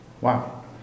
Wow